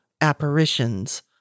apparitions